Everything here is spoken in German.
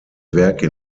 werke